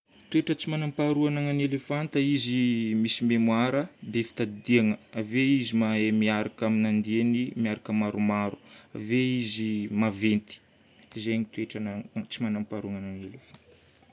Toetra tsy magnam-paharoa agnanan'ny elefanta, izy misy mémoire, be fitadidiana. Ave izy mahay miaraka amin'andiany, miaraka maromaro. Ave izy maventy. Izay no toetra na- tsy manam-paharoa agnanan'ny elefanta.